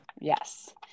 Yes